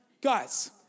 guys